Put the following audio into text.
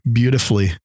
beautifully